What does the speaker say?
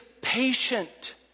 patient